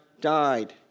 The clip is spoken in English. died